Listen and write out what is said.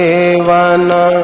Devana